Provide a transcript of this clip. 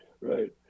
right